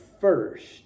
first